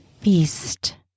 Feast